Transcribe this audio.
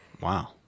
Wow